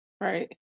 right